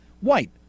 White